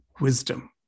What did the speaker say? wisdom